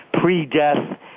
pre-death